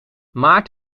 maart